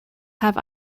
have